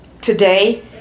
today